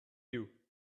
you